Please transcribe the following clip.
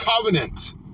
covenant